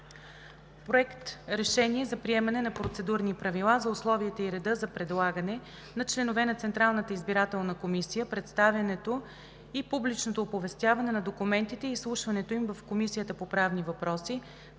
„Проект! РЕШЕНИЕ за приемане на Процедурни правила за условията и реда за предлагане на членове на Централната избирателна комисия, представянето и публичното оповестяване на документите и изслушването им в Комисията по правни въпроси,